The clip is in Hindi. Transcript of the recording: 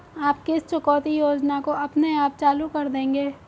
आप किस चुकौती योजना को अपने आप चालू कर देंगे?